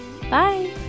Bye